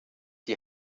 die